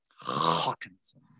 Hawkinson